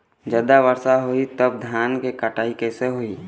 जादा वर्षा होही तब धान के कटाई कैसे होही?